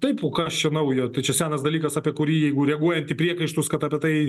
taip o ką aš čia naujo tai čia senas dalykas apie kurį jeigu reaguojant į priekaištus kad apie tai